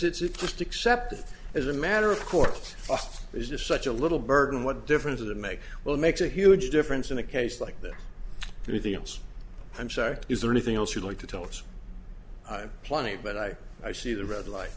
because it's just accepted as a matter of course there's just such a little burden what difference does it make well it makes a huge difference in a case like that anything else i'm sorry is there anything else you'd like to tell us plenty but i i see the red light